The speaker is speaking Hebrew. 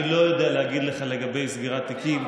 אני לא יודע להגיד לך לגבי סגירת תיקים.